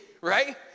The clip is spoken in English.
right